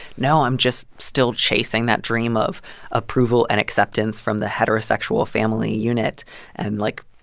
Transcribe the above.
no, i'm just still chasing that dream of approval and acceptance from the heterosexual family unit and, like,